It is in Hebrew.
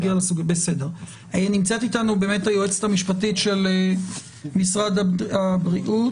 נמצאת איתנו היועצת המשפטית של משרד הבריאות,